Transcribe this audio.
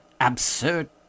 absurd